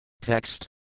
Text